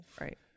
Right